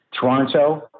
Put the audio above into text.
Toronto